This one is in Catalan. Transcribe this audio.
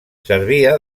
servia